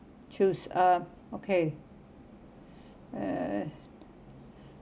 choose uh okay uh